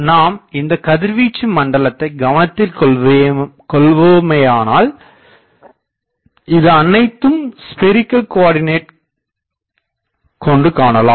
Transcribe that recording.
நாம் இந்தக் கதிர்வீச்சு மண்டலத்தைக் கவனத்தில் கொள்வோமேயானால் இது அனைத்தும் ஸ்பெரிகள் கோஆர்டினேட் கொண்டுகாணலாம்